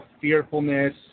fearfulness